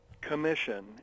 commission